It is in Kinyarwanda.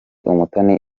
umutoni